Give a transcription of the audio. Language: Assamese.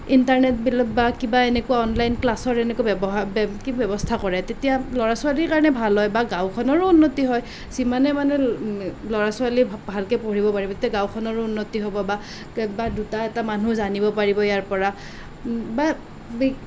ইণ্টাৰনেটবিলাক বা কিবা এনেকুৱা অনলাইন ক্লাছৰ এনেকুৱা ব্যৱহাৰ ব্যৱহাৰ কি ব্যৱস্থা কৰে তেতিয়া ল'ৰা ছোৱালীৰ কাৰণে ভাল হয় বা গাঁওখনৰো উন্নতি হয় যিমানে মানুহৰ ল'ৰা ছোৱালী ভালকৈ পঢ়িব পাৰিব তেতিয়া গাঁওখনৰো উন্নতি হ'ব বা দুটা এটা মানুহ জানিব পাৰিব ইয়াৰ পৰা বা